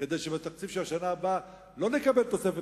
כדי שבתקציב של השנה הבאה לא נקבל תוספת